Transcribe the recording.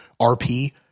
RP